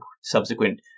subsequent